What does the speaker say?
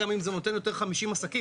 גם אם זה נותן יותר 50 עסקים?